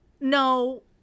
no